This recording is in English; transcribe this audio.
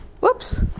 Whoops